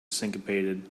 syncopated